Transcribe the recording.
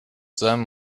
seinem